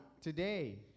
today